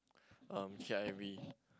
um K_I_V